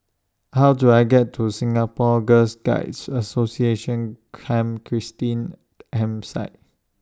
How Do I get to Singapore Girls Guides Association Camp Christine Campsite